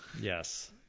Yes